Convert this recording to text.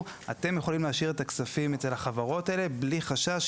שאתם יכולים להשאיר את הכספים אצל החברות האלה בלי חשש,